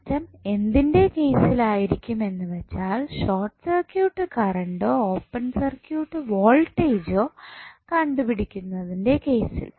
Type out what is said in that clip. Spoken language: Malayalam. മാറ്റം എന്തിൻറെ കേസിൽ ആയിരിക്കും എന്നു വെച്ചാൽ ഷോർട്ട് സർക്യൂട്ട് കറണ്ടോ ഓപ്പൺ സർക്യൂട്ട് വോൾട്ടേജ്ജോ കണ്ടുപിടിക്കുന്നന്റെ കേസിൽ